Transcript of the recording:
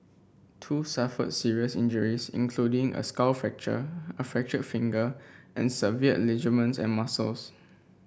two suffered serious injuries including a skull fracture a fractured finger and severed ligaments and muscles